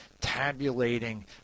tabulating